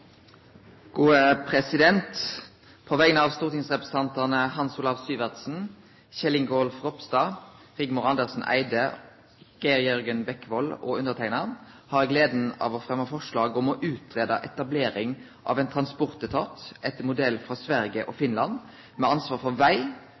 På vegner av stortingsrepresentantane Hans Olav Syversen, Kjell Ingolf Ropstad, Rigmor Andersen Eide, Geir Jørgen Bekkevold og underteikna har eg gleda av å fremje forslag om å utgreie etablering av ein transportetat, etter modell frå Sverige og